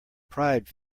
pride